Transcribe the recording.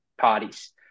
parties